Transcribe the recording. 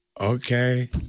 okay